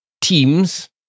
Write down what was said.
teams